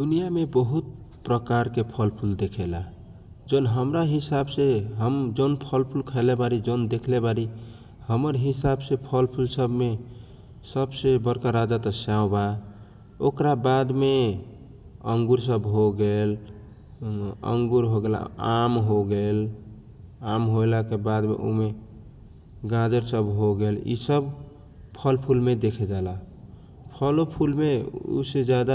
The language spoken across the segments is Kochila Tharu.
दुनिया मे बहुत प्रकार के फलफूल देखाला जौन हमरा हिसाबसे जौन फलफूल हम फलफूल खएले वारी जौन देखले वारी हमर हिसाबसे फलफूल सब मे सबसे वर्मा राजा त स्याउ वा ओकरा वाद मे अंगुर सब होगेल अ अनुर होगेल आम होगेल आप होएला वाद उमे गाजर सब होगेल यि सब फलफूल मे देखेजाला । फलफूलमे उसे ज्यादा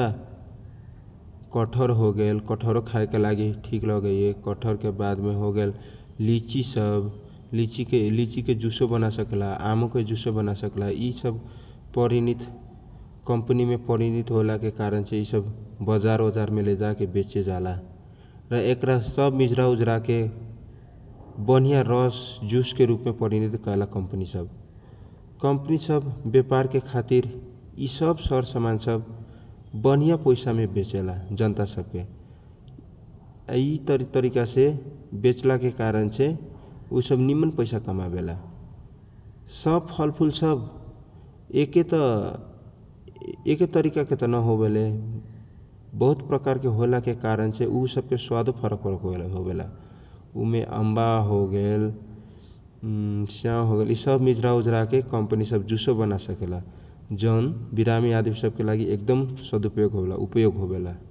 कटहर होगेल कटहरो खाएका लागि ठीक लगेए, कटहरके बादमे होगेल लिच्ची सब लिच्ची, लिच्चीके जुसो बन्ना सकैता, आमोके जुस बन्ना सकैला । पि सब परिनित कम्पनीमे परिनित यि सब बजार ओजारमे जेलाके बेच्चेजाला । ल शोकरा सब मिझरा ओझरा के बनिया रस जुसके रुपमे परिनत कएला कम्पनी मे कम्पनी सब । कम्पनी सब व्यापार के खातिर यि सब सर सामान सब बनिया पैसामे बेचेला जनता सब मे । आ यि तरीका से बेच्चेला कारण से ऊ सब निमन पैसा कमावेला । सब फलफूल सब एके त एके तरीका के नहोवेला बहुत प्रकारके होएला के कारण से ऊ सब के स्वादो फरक फरक होराला । ऊ के अम्बा होगेल स्याओ सब मिझरा ओझरा के कम्पनी सब जुसो बना साकेला जौन विरामी आदमी सबके लागि सदुपयोग, उपयोग होमेला ।